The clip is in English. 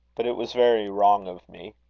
but it was very wrong of me.